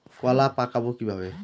কলা পাকাবো কিভাবে?